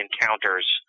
encounters